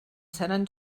seran